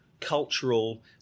cultural